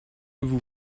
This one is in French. vous